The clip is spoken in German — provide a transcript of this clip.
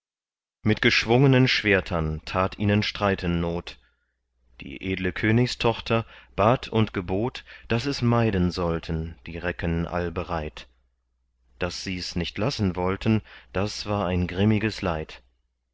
mit geschwungnen schwertern tat ihnen streiten not die edle königstochter bat und gebot daß es meiden sollten die recken allbereit daß sie's nicht lassen wollten das war ein grimmiges leid